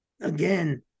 again